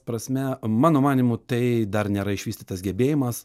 prasme mano manymu tai dar nėra išvystytas gebėjimas